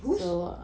whose